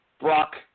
Brock